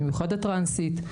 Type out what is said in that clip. במיוחד הטרנסית,